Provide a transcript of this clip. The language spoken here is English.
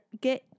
get